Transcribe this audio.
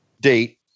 date